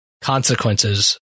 consequences